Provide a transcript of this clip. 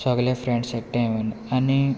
सगले फ्रेंड्स एकठांय येवन आनी